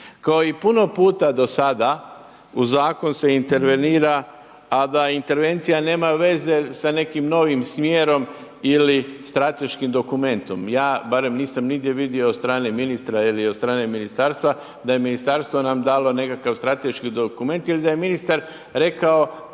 Kao i puno puta do sada u zakon se intervenira, a da intervencija nema veze sa nekim novim smjerom ili strateškim dokumentom. Ja barem nisam nigdje vidio od strane ministra ili od strane ministarstva da ministarstvo nam je dalo nekakav strateški dokument ili da je ministar rekao